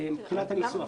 מבחינת הניסוח.